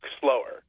slower